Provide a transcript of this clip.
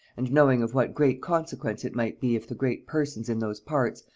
and knowing of what great consequence it might be if the great persons in those parts,